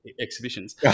exhibitions